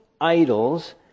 idols